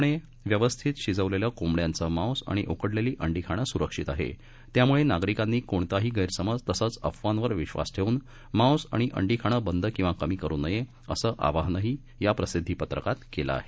दरम्यान पूर्णपणे व्यवस्थित शिजवलेलं कोंबड्यांचं मांस आणि उकडलेली अंडी खाणं सुरक्षित आहे त्यामुळे नागरिकांनी कोणत्याही गैरसमज तसंच अफवांवर विश्वास ठेवून मांस आणि अंडी खाणं बंद किंवा कमी करू नये असं आवाहनही या प्रसिद्धीपत्रकात केलं आहे